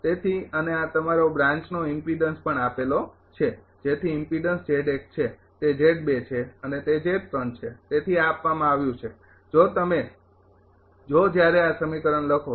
તેથી અને આ બ્રાન્ચનો ઇમ્પીડન્સ પણ આપેલો છે જેથી ઇમ્પીડન્સ છે તે છે તે છે તેથી આ આપવામાં આવ્યું છે જો તમે જો જ્યારે સમીકરણ લખો